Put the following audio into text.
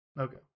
Okay